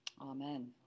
Amen